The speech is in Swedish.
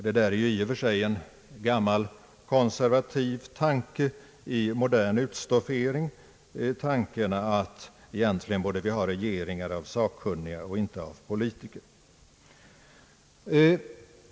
Det är ju i och för sig en gammal konservativ tanke i modern utstoffering, att vi egentligen borde ha regeringar av sakkunniga och inte av politiker.